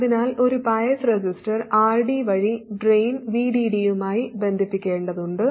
അതിനാൽ ഒരു bias resistor RD വഴി ഡ്രെയിൻ VDD യുമായി ബന്ധിപ്പിക്കേണ്ടതുണ്ട്